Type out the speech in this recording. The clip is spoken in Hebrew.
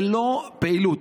ללא פעילות.